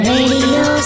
Radio